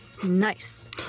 Nice